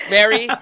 Mary